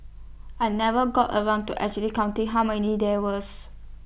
I never got around to actually counting how many there was